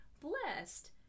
Blessed